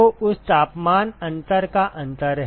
तो उस तापमान अंतर का अंतर है